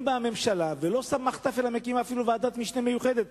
אם באה הממשלה ואפילו מקימה ועדת משנה מיוחדת,